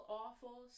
awful